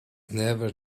never